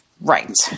right